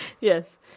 Yes